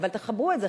אבל תחברו את זה,